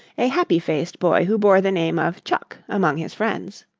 a happy-faced boy who bore the name of chuck among his friends.